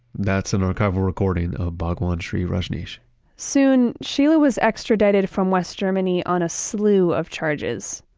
that's an archival recording of bhagwan shree rajneesh soon sheela was extradited from west germany on a slew of charges.